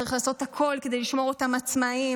צריך לעשות הכול כדי לשמור אותם עצמאיים